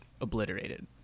obliterated